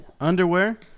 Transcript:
underwear